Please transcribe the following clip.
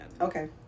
okay